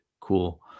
cool